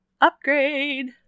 upgrade